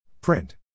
Print